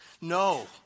no